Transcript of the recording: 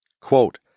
Quote